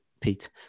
Pete